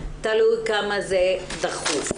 תלוי כמה זה דחוף.